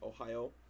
Ohio